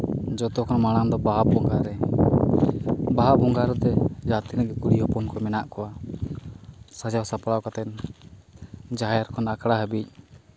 ᱡᱚᱛᱚ ᱠᱷᱚᱱ ᱢᱟᱲᱟᱝ ᱫᱚ ᱵᱟᱦᱟ ᱵᱚᱸᱜᱟᱨᱮ ᱵᱟᱦᱟ ᱵᱚᱸᱜᱟ ᱨᱮᱫᱚ ᱡᱟᱦᱟᱸᱛᱤᱱᱟᱹᱜ ᱜᱮ ᱠᱩᱲᱤ ᱦᱚᱯᱚᱱ ᱠᱚ ᱢᱮᱱᱟᱜ ᱠᱚᱣᱟ ᱥᱟᱡᱟᱣ ᱥᱟᱯᱲᱟᱣ ᱠᱟᱛᱮᱫ ᱡᱟᱦᱮᱨ ᱠᱷᱚᱱ ᱟᱠᱷᱲᱟ ᱦᱟᱹᱵᱤᱡᱽ